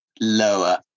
lower